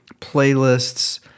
playlists